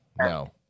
No